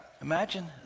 Imagine